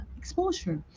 exposure